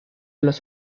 los